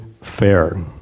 fair